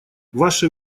ваше